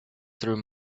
through